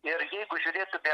ir jeigu žiūrėtume